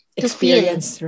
experience